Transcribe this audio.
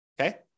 okay